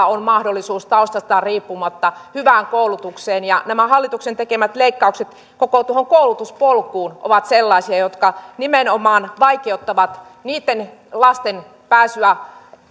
on mahdollisuus taustastaan riippumatta hyvään koulutukseen mutta nämä hallituksen tekemät leikkaukset koko tuohon koulutuspolkuun ovat sellaisia jotka nimenomaan vaikeuttavat niitten lasten pääsyä